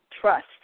trust